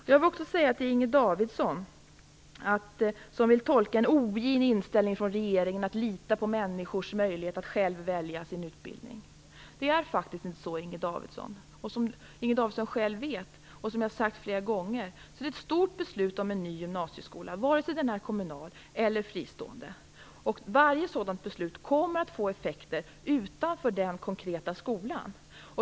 Jag vill också säga till Inger Davidson, som vill göra tolkningen att regeringen har en ogin inställning till människors möjlighet att själva välja sin utbildning. Det är faktiskt inte så Inger Davidson. Som Inger Davidson själv vet, och som jag har sagt flera gånger, är en ny gymnasieskola ett stort beslut, vare sig den är kommunal eller fristående. Varje sådant beslut kommer att få effekter utanför den konkreta skolan.